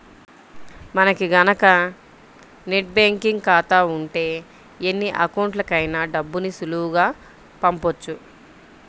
మనకి గనక net banking ఖాతా ఉంటే ఎన్ని అకౌంట్లకైనా డబ్బుని సులువుగా పంపొచ్చు